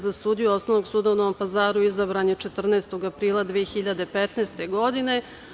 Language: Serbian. Za sudiju Osnovnog suda u Novom Pazaru izabran je 14. aprila 2015. godine.